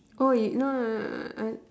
oh you no no no no uh